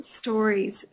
stories